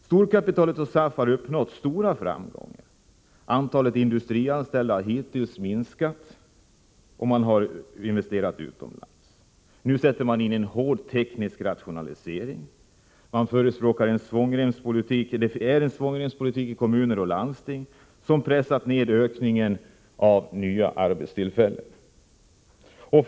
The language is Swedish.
Storkapitalet och SAF har uppnått stora framgångar. Antalet industrianställda har hittills minskat och investeringar har skett utomlands. Man sätter in en hård teknisk rationalisering och förespråkar svångremspolitik även i kommuner och landsting, som har pressat ned ökningen av nya arbetstillfäl Nr 22 len.